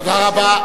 תודה רבה.